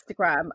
Instagram